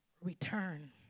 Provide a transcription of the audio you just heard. return